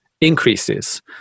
increases